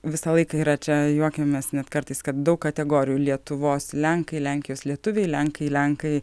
visą laiką yra čia juokiamės net kartais kad daug kategorijų lietuvos lenkai lenkijos lietuviai lenkai lenkai